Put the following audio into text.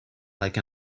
like